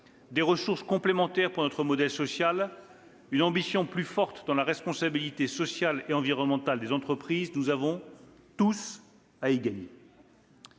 des ressources complémentaires pour notre modèle social, une ambition plus grande en faveur de la responsabilité sociale et environnementale des entreprises. Nous avons tous à y gagner